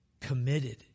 committed